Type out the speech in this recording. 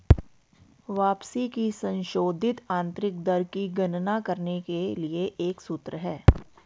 वापसी की संशोधित आंतरिक दर की गणना करने के लिए एक सूत्र है